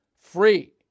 free